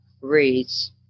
reads